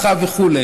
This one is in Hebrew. עבדך וכו'.